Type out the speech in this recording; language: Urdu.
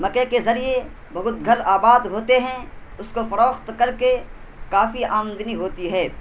مکئی کے ذریعے بہت گھر آباد ہوتے ہیں اس کو فروخت کر کے کافی آمدنی ہوتی ہے